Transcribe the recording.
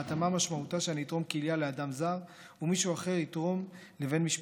ההתאמה משמעותה שאני אתרום כליה לאדם זר ומישהו אחר יתרום לבן משפחתי,